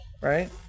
Right